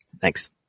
Thanks